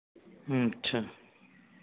अच्छा